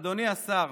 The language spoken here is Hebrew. אדוני השר,